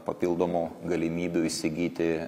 papildomų galimybių įsigyti